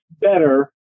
better